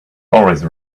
always